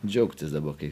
džiaugtis daba kai